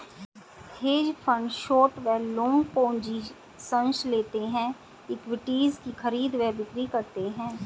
hedge fund short व long positions लेते हैं, इक्विटीज की खरीद व बिक्री करते हैं